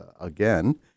again